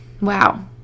wow